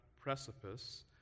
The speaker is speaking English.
precipice